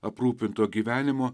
aprūpinto gyvenimo